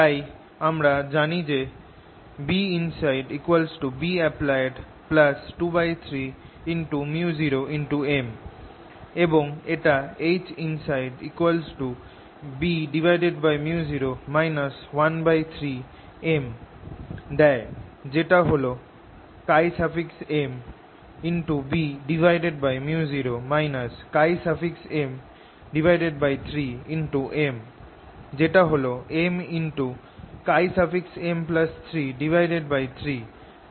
তাই আমরা জানি যে Binside Bapplied23µ0M এবং এটা Hinside Bµ0 13M যেটা হল MBµ0 M3M যেটা হল MM33 যেটা হল MBµ0